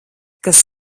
kas